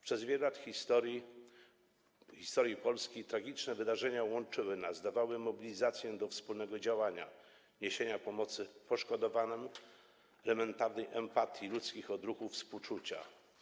Przez wiele lat historii Polski tragiczne wydarzenia łączyły nas, dawały mobilizację do wspólnego działania, niesienia pomocy poszkodowanym, do elementarnej empatii, ludzkich odruchów współczucia.